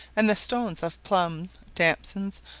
and the stones of plums, damsons,